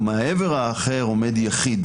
ומהעבר האחר עומד יחיד,